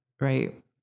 right